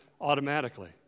automatically